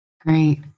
great